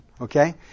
Okay